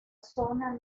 zona